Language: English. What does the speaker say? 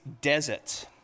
desert